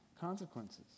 consequences